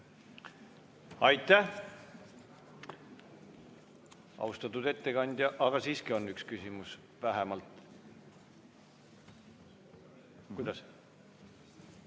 Aitäh! Austatud ettekandja ... Aga siiski on üks küsimus vähemalt. Kuidas?